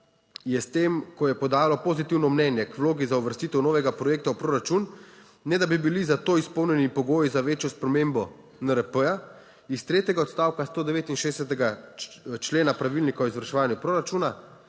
je s tem, ko je podalo pozitivno mnenje k vlogi za uvrstitev novega projekta v proračun, ne da bi bili za to izpolnjeni pogoji za večjo spremembo NRP, iz tretjega odstavka stodevetinšestdesetega člena pravilnika o izvrševanju proračuna